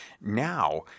Now